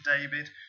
David